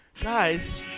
Guys